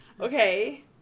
Okay